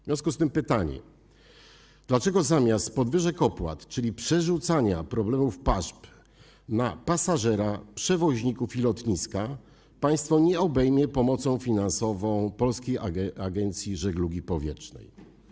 W związku z tym pytanie: Dlaczego zamiast podwyżek opłat, czyli przerzucania problemów PAŻP na pasażera, przewoźników i lotniska, państwo nie obejmie pomocą finansową Polskiej Agencji Żeglugi Powietrznej?